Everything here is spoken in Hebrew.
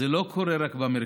זה קורה לא רק במרכז.